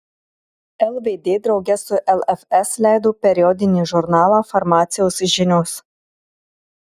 lvd drauge su lfs leido periodinį žurnalą farmacijos žinios